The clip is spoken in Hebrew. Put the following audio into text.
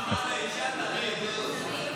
מעמד האישה, תמיד.